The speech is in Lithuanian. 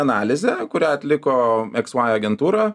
analizę kurią atliko eks uai agentūra